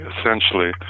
essentially